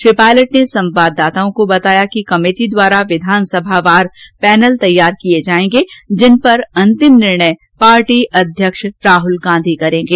श्री पायलट ने संवाददाताओं को बताया कि कमेटी द्वारा विधानसभावार पैनल तैयार किए जाएंगे जिन पर अंतिम निर्णय पार्टी अध्यक्ष राहुल गांधी करेंगे